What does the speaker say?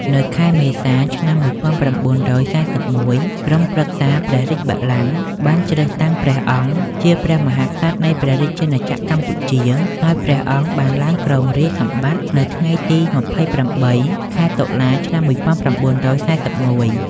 នៅខែមេសា ឆ្នាំ១៩៤១ ក្រុមប្រឹក្សាព្រះរាជបល្ល័ង្កបានជ្រើសតាំងព្រះអង្គជាព្រះមហាក្សត្រនៃព្រះរាជាណាចក្រកម្ពុជា ហើយព្រះអង្គបានឡើងគ្រងរាជសម្បត្តិនៅថ្ងៃទី២៨ ខែតុលា ឆ្នាំ១៩៤១។